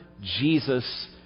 Jesus